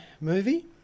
movie